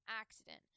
accident